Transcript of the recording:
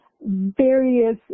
various